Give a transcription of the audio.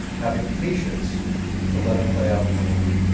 have the patience to let them play out with north korea?